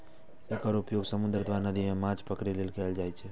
एकर उपयोग समुद्र अथवा नदी मे माछ पकड़ै लेल कैल जाइ छै